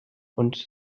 und